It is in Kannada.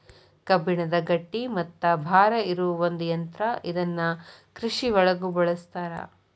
ಕಬ್ಬಣದ ಗಟ್ಟಿ ಮತ್ತ ಭಾರ ಇರು ಒಂದ ಯಂತ್ರಾ ಇದನ್ನ ಕೃಷಿ ಒಳಗು ಬಳಸ್ತಾರ